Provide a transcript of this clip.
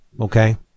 Okay